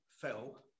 fell